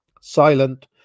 Silent